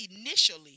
initially